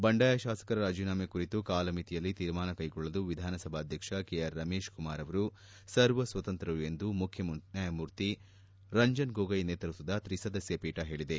ಬಂಡಾಯ ಶಾಸಕರ ರಾಜೀನಾಮೆ ಕುರಿತು ಕಾಲಮಿತಿಯಲ್ಲಿ ತೀರ್ಮಾನ ಕೈಗೊಳ್ಳಲು ವಿಧಾನಸಭಾಧ್ಯಕ್ಷ ಕೆ ಆರ್ ರಮೇತ್ ಕುಮಾರ್ ಅವರು ಸರ್ವ ಸ್ನತಂತ್ರರು ಎಂದು ಮುಖ್ಯ ನ್ನಾಯಮೂರ್ತಿ ರಂಜನ್ ಗೋಗೊಯ್ ನೇತೃತ್ವದ ತ್ರಿ ಸದಸ್ನ ಪೀಠ ಹೇಳಿದೆ